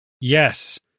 Yes